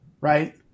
right